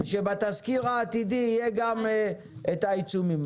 שבתזכיר העתידי יהיו גם העיצומים.